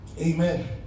Amen